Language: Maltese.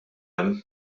hemm